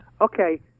Okay